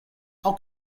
how